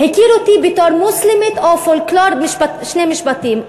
מכיר אותי בתור מוסלמית, או מפולקלור שני משפטים,